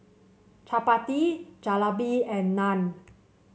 Chapati Jalebi and Naan